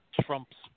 Trump's